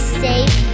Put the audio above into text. safe